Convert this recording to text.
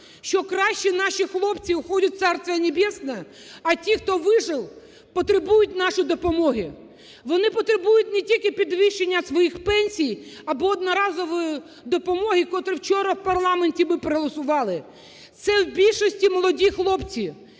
що кращі наші хлопці уходять в Царствие Небесное, а ті, хто вижив, потребують нашої допомоги. Вони потребують не тільки підвищення своїх пенсій або одноразової допомоги, котру вчора в парламенті ми проголосували. Це в більшості молоді хлопці,